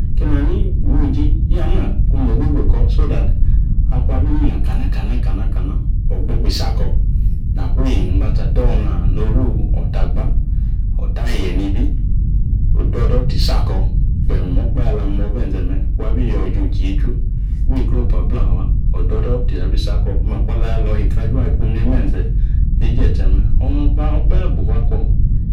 Keni ha ni uji ya na kung nogogo ko so that akung abi na. Kanakana kana, ogbo̱gba isi ako. Na wi mgbatse ado na no ota agba ota yie nibi ododo tisi ako̱ kpem okpahe alamo ibenzo me̱ kung abi iji oji yichu wi hikere opu ablan awa. Ododo tabi si ako. Makwa alo̱ ihikre ajua ikwo nende etse neje etse me̱ onu kpa okpahe abu ufua akwɔ